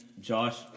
Josh